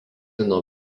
nuo